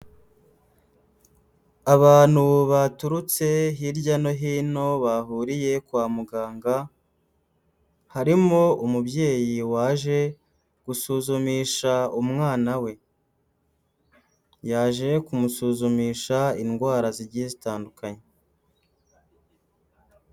Abantu baturutse hirya no hino bahuriye kwa muganga, harimo umubyeyi waje gusuzumisha umwana we, yaje kumusuzumisha indwara zigiye zitandukanye.